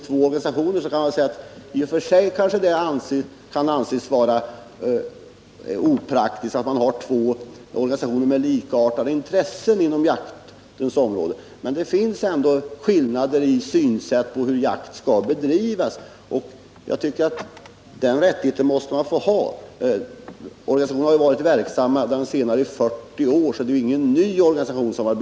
Det kan kanske i och för sig anses vara opraktiskt att ha två organisationer med likartade intressen på jaktens område, men det finns ändå skillnader i synsätt när det gäller hur jakt skall bedrivas. Det måste vi enligt min mening acceptera. Organisationerna har ju varit verksamma under lång tid. Bl. a. har Jägarnas riksförbund-Landsbygdens jägare verkat i 40 år — och det handlar alltså inte om någon nybildad organisation.